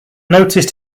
noticed